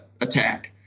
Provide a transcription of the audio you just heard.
attack